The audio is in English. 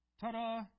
Ta-da